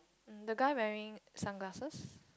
the guy wearing sunglasses